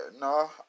No